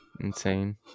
Insane